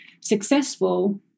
successful